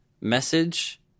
message